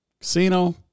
Casino